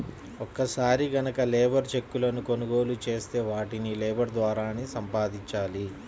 ఒక్కసారి గనక లేబర్ చెక్కులను కొనుగోలు చేత్తే వాటిని లేబర్ ద్వారానే సంపాదించాల